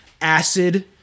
acid